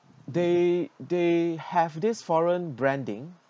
they they have this foreign branding